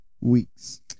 weeks